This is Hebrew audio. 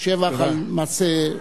לשבח על מעשה.